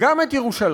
גם את ירושלים